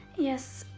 yes,